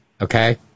Okay